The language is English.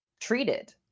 treated